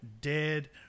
dead